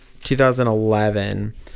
2011